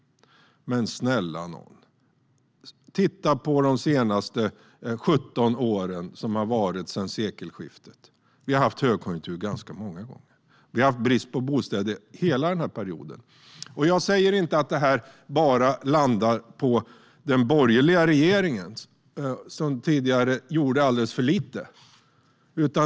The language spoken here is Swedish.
Men snälla någon! Titta på de senaste 17 åren som har varit sedan sekelskiftet. Vi har haft högkonjunktur ganska många gånger. Vi har haft brist på bostäder hela den perioden. Jag säger inte att det här bara landar på den borgerliga regeringen, som tidigare gjorde alldeles för lite.